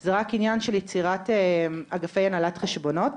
זה רק עניין של יצירת אגפי הנהלת חשבונות.